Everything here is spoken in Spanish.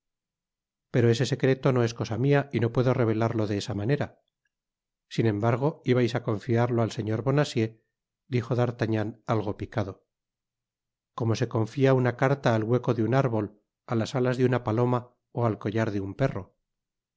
pero ese secreto no es cosa mia y no puedo revelarlo de esa manera sin embargo ibais á confiarlo al señor bonacieux dijo d'artagnan algo picado como se confia una carta al hueco de un árbol á las alas de una paloma ó al collar de un perro